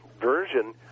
version